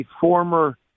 former